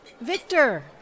Victor